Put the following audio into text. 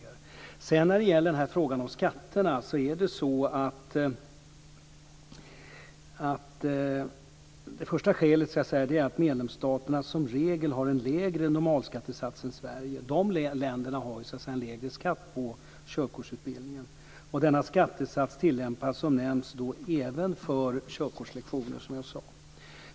När det gäller frågan om skatterna är det första skälet att medlemsstaterna som regel har en lägre normalskattesats en Sverige. Dessa länder har en lägre skatt på körkortsutbildningen, och denna skattesats tillämpas som nämnts även på körlektioner.